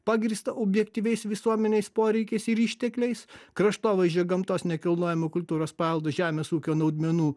pagrįstą objektyviais visuomenės poreikiais ir ištekliais kraštovaizdžio gamtos nekilnojamų kultūros paveldu žemės ūkio naudmenų